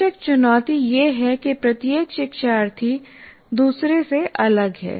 बेशक चुनौती यह है कि प्रत्येक शिक्षार्थी दूसरे से अलग है